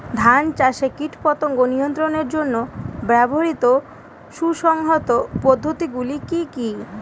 ধান চাষে কীটপতঙ্গ নিয়ন্ত্রণের জন্য ব্যবহৃত সুসংহত পদ্ধতিগুলি কি কি?